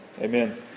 amen